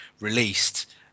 released